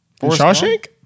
Shawshank